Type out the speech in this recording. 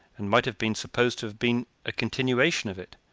and might have been supposed to have been a continuation of it.